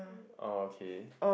okay